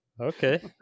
Okay